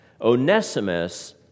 Onesimus